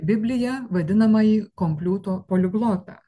bibliją vadinamąjį kompliuto poliglotą